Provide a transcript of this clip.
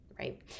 Right